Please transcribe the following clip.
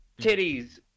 titties